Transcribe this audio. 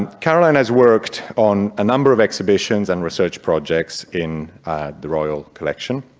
caroline has worked on a number of exhibitions and research projects in the royal collection.